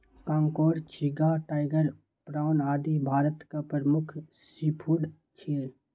कांकोर, झींगा, tiger prawn, आदि भारतक प्रमुख सीफूड छियै